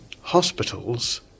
hospitals